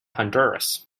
honduras